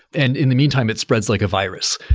and in the meantime, it spreads like a virus.